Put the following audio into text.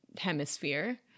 hemisphere